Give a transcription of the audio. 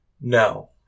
no